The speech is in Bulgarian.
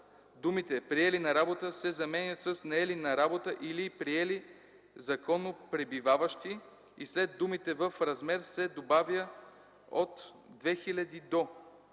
думите „приели на работа” се заменят с „наели на работа или приели законно пребиваващи” и след думите „в размер” се добавя „от 2000 до”;